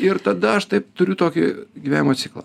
ir tada aš taip turiu tokį gyvenimo ciklą